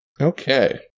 Okay